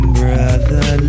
brother